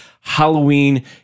Halloween